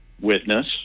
witness